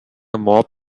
mop